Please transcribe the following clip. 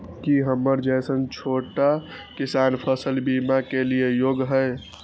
की हमर जैसन छोटा किसान फसल बीमा के लिये योग्य हय?